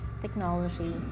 technology